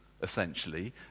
essentially